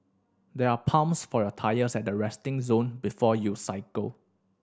there are pumps for your tyres at the resting zone before you cycle